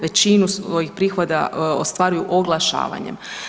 Većinu svojih prihoda ostvaruju oglašavanje.